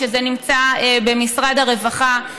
כשזה נמצא במשרד הרווחה,